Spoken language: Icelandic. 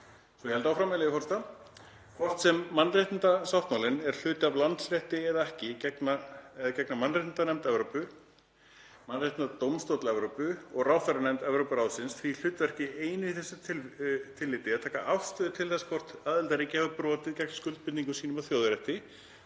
það. Ég held áfram, með leyfi forseta: „Hvort sem mannréttindasáttmálinn er hluti af landsrétti eða ekki gegna mannréttindanefnd Evrópu, Mannréttindadómstóll Evrópu og ráðherranefnd Evrópuráðsins því hlutverki einu í þessu tilliti að taka afstöðu til þess hvort aðildarríki hafi brotið gegn skuldbindingum sínum að þjóðarétti